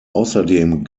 außerdem